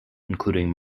including